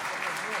(חותם על ההצהרה)